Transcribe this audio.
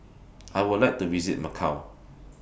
I Would like to visit Macau